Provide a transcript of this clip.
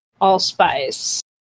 allspice